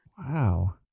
Wow